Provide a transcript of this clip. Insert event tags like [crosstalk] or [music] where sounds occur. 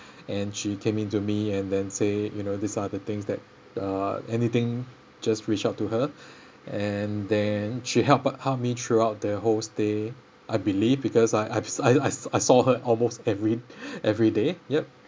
and she came into me and then say you know these are the things that uh anything just reach out to her and then she help uh helped me throughout the whole stay I believe because I I I I saw her almost every [breath] every day yup